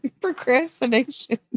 procrastination